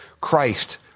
Christ